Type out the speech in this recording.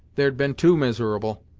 there'd been two miserable,